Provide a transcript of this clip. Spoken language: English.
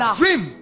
dream